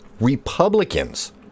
Republicans